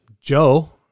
Joe